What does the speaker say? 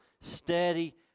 Steady